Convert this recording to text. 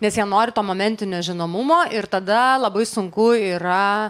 nes jie nori to momentinio žinomumo ir tada labai sunku yra